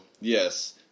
yes